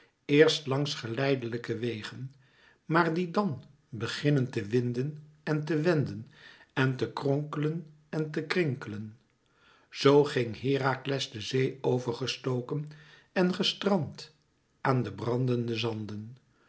eerst langs geleidelijke wegen maar die dàn beginnen te winden en te wenden en te kronkelen en te krinkelen zoo ging herakles de zee over gestoken en gestrand aan de brandende zanden